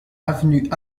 avenue